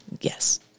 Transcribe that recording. Yes